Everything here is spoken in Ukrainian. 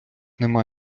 нема